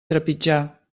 trepitjar